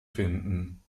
finden